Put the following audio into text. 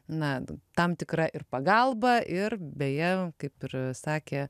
na tam tikra ir pagalba ir beje kaip ir sakė